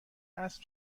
اسب